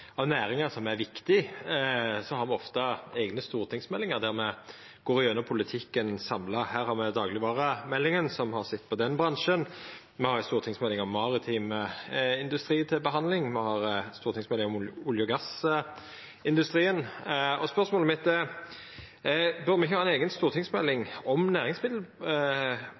av næringsmiddelindustrien vår, saman med slakteri, meieri, osv. Noreg har ein ganske stor næringsmiddelindustri, mykje større enn i våre naboland dersom ein samanliknar med befolkningsgrunnlaget. I Noreg har me, for næringar som er viktige, ofte eigne stortingsmeldingar der me går gjennom politikken samla. Her har me daglegvaremeldinga, som har sett på den bransjen, me har ei stortingsmelding om maritim industri til behandling, me har stortingsmelding om olje-